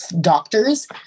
doctors